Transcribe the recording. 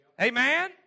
Amen